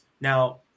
Now